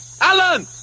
Alan